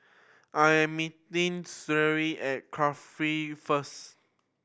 I am meeting Sherry at Cardifi first